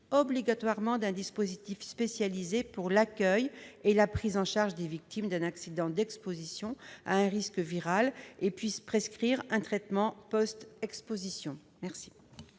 obligatoirement d'un dispositif spécialisé pour l'accueil et la prise en charge des victimes d'un accident d'exposition à un risque viral et puissent prescrire un traitement post-exposition. Quel